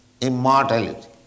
immortality